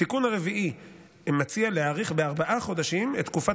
התיקון הרביעי מציע להאריך בארבעה חודשים את תקופת